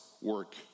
work